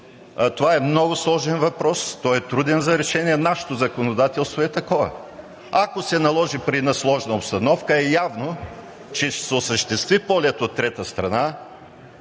Това е много сложен въпрос, той е труден за решение. Нашето законодателство е такова. Ако се наложи при една сложна обстановка, явно е, че ще се осъществи полет от трета страна